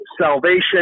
salvation